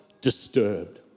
disturbed